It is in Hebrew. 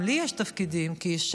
גם לי יש תפקידים כאישה,